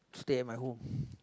stay at my home